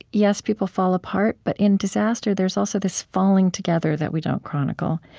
yes, people fall apart, but in disaster, there's also this falling together that we don't chronicle.